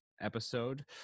episode